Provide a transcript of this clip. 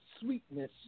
Sweetness